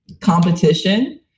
competition